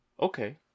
okay